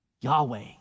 Yahweh